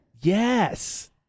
Yes